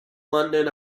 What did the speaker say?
london